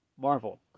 Marvel